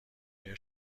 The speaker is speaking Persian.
ایا